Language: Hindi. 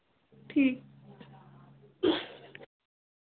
ठीक